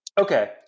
Okay